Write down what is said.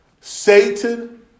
Satan